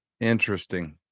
Interesting